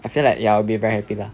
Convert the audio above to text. I feel like ya I will be very happy lah